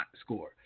score